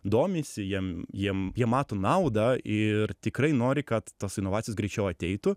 domisi jiem jiem jie mato naudą ir tikrai nori kad tos inovacijos greičiau ateitų